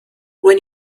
when